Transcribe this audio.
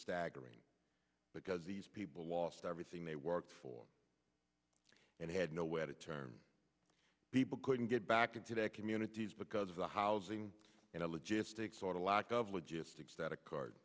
staggering because these people lost everything they worked for and had nowhere to turn people couldn't get back into their communities because of the housing and a logistics or the lack of logistics that